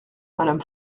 madame